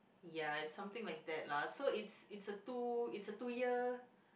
ya it's something like that lah so it's it's a two it's a two year